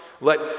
Let